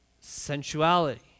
sensuality